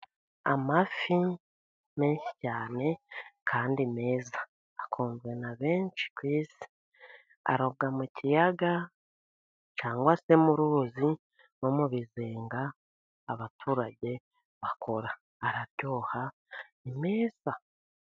Amafi menshi cyane, kandi meza. Akunzwe na benshi ku isi. Arobwa mu kiyaga cyangwa se mu ruzi no mu bizenga abaturage bakora. Araryoha ni meza.